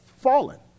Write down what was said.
fallen